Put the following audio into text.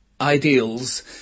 ideals